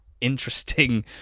interesting